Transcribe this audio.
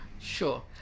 sure